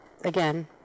again